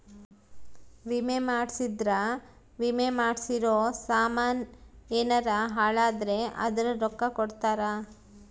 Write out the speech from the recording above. ವಿಮೆ ಮಾಡ್ಸಿದ್ರ ವಿಮೆ ಮಾಡ್ಸಿರೋ ಸಾಮನ್ ಯೆನರ ಹಾಳಾದ್ರೆ ಅದುರ್ ರೊಕ್ಕ ಕೊಡ್ತಾರ